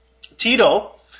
Tito